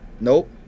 nope